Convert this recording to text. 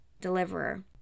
Deliverer